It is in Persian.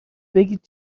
بگید